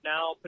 now